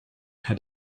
had